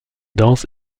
danse